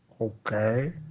okay